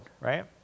Right